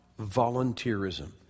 volunteerism